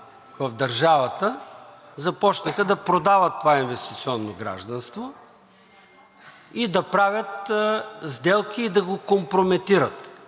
в държавата започнаха да продават това инвестиционно гражданство и да правят сделки, и да го компрометират.